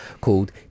called